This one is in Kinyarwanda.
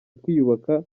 twiyubaka